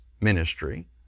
ministry